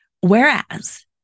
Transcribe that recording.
Whereas